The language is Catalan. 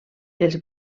els